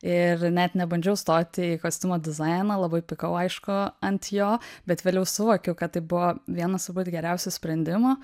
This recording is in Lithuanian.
ir net nebandžiau stoti į kostiumo dizainą labai pykau aišku ant jo bet vėliau suvokiau kad tai buvo vienas turbūt geriausių sprendimų